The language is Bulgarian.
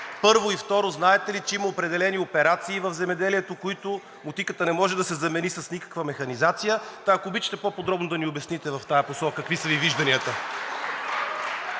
Второ, знаете ли, че има определени операции в земеделието, които мотиката не може да се замени с никаква механизация, и ако обичате, по-подробно да ни обясните в тази посока какви са Ви вижданията?